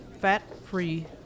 fat-free